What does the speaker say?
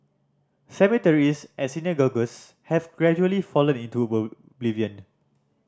cemeteries and synagogues have gradually fallen into